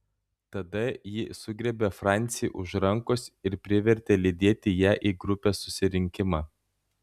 tada ji sugriebė francį už rankos ir privertė lydėti ją į grupės susirinkimą